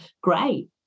great